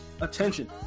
attention